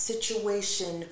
Situation